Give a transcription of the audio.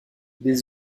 des